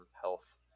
health